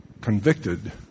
convicted